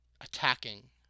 attacking